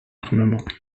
armement